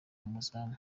umuzamu